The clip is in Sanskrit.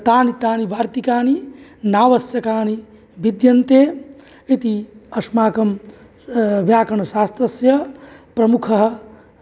तानि तानि वार्तिकानि नावश्यकानि विद्यन्ते इति अस्माकं व्याकरणशास्त्रस्य प्रमुखः